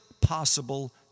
possible